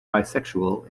bisexual